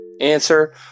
Answer